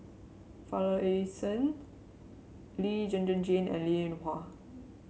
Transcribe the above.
Finlayson Lee Zhen Zhen Jane and Linn In Hua